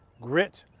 grit,